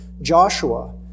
Joshua